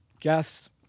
guests